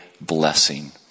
blessing